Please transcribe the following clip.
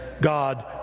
God